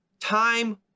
time